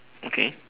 okay